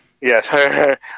Yes